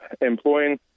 employing